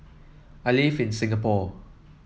I live in Singapore